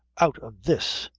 out of this.